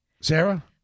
Sarah